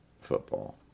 football